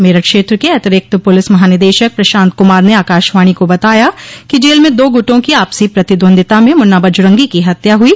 मेरठ क्षेत्र के अतिरिक्तर पुलिस महानिदेशक प्रशांत कुमार ने आकाशवाणी को बताया कि जेल में दो गुटों की आपसी प्रतिद्वंद्विता में मुन्ना बजरंगी की हत्या हुई